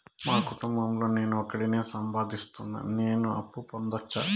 మా కుటుంబం లో నేను ఒకడినే సంపాదిస్తున్నా నేను అప్పు పొందొచ్చా